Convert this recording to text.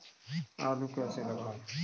आलू कैसे लगाएँ?